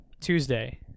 Tuesday